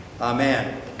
Amen